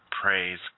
Praise